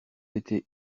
été